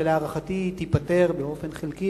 ולהערכתי היא תיפתר באופן חלקי,